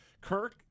Kirk